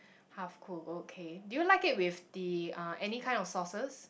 half cooked okay do you like it with the uh any kind of sauces